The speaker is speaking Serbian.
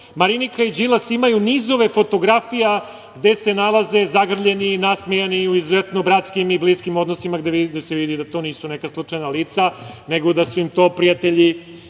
Marinika i Đilas imaju nizove fotografija gde se nalaze zagrljeni, nasmejani u izuzetno bratskim i bliskim odnosima gde se vidi da to nisu neka slučajna lica, nego da su im to prijatelji